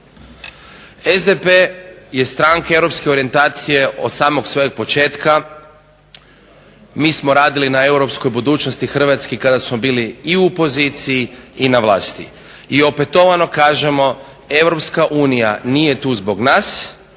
SDP je stranka europske orijentacije od samog svojeg početka. Mi smo radili na europskoj budućnosti Hrvatske kada smo bili i u poziciji i na vlasti i opetovano kažemo Europska unija nije tu zbog nas,